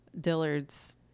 dillard's